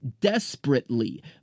desperately